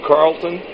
Carlton